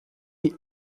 die